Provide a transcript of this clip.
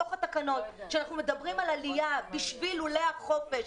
כשאנחנו מדברים על עלייה בשביל לולי החופש,